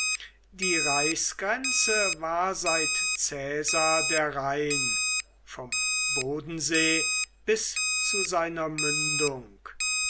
die reichsgrenze war seit caesar der rhein vom bodensee bis zu seiner mündung